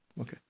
Okay